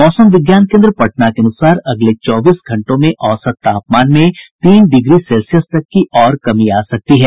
मौसम विज्ञान कोन्द्र पटना के अनुसार अगले चौबीस घंटों में औसत तापमान में तीन डिग्री सेल्सियस तक की और कमी आ सकती है